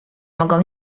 mogą